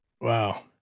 Wow